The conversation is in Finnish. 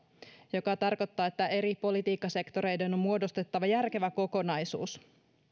joka tarkoittaa että eri politiikkasektoreiden on muodostettava järkevä kokonaisuus